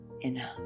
enough